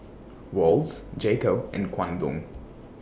Wall's J Co and Kwan Loong